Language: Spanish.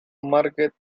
margaret